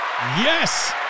Yes